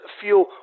feel